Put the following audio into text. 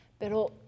Pero